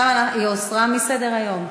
היא הוסרה מסדר-היום,